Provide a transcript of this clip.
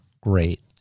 great